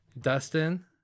Dustin